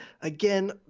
Again